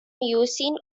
using